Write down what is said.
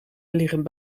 liggen